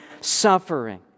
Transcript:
suffering